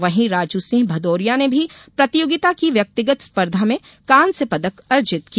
वहीं राजू सिंह भदोरिया ने भी प्रतियोगिता की व्यक्तिगत स्पर्धा में कांस्य पदक अर्जित किया